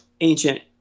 ancient